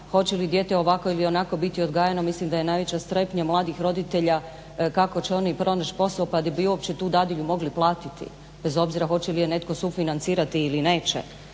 hoće li dijete ovako ili onako biti odgajano, mislim da je najveća strepnja mladih roditelja kako će oni pronaći posao pa da bi uopće tu dadilju mogli platiti, bez obzira hoće li je netko sufinancirati ili neće.